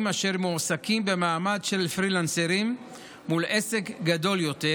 אשר מועסקים במעמד של פרילנסרים מול עסק גדול יותר,